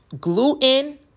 gluten